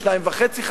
שני חדרים וחצי?